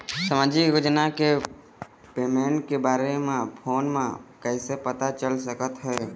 सामाजिक योजना के पेमेंट के बारे म फ़ोन म कइसे पता चल सकत हे?